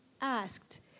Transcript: asked